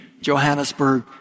Johannesburg